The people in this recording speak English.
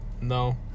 no